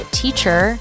teacher